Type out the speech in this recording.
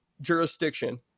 Jurisdiction